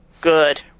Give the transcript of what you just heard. Good